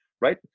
right